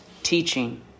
teaching